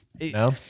No